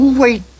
wait